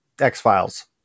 X-Files